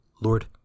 Lord